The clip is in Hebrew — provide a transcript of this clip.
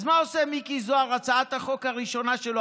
אז מה עושה מיקי זוהר בהצעת החוק הראשונה שלו,